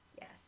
Yes